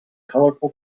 colorful